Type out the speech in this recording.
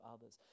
others